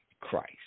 Christ